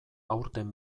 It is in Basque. aurten